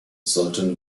sollten